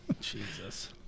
Jesus